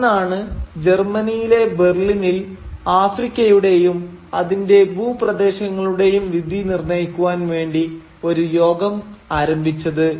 അന്നാണ് ജർമനിയിലെ ബെർലിനിൽ ആഫ്രിക്കയുടെയും അതിന്റെ ഭൂപ്രദേശങ്ങളുടെയും വിധി നിർണയിക്കുവാൻ വേണ്ടി ഒരു യോഗം ആരംഭിച്ചത്